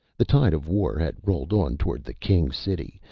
the tide of war had rolled on toward the king city,